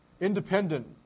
independent